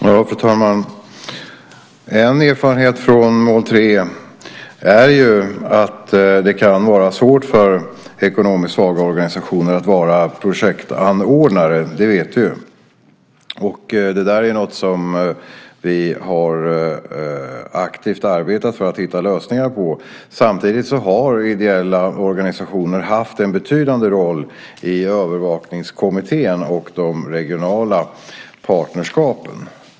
Fru talman! En erfarenhet från mål 3 är att det kan vara svårt för ekonomiskt svaga organisationer att vara projektanordnare. Det vet vi. Det där är något som vi har arbetat aktivt för att hitta lösningar på. Samtidigt har ideella organisationer haft en betydande roll i övervakningskommittén och de regionala partnerskapen.